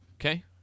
okay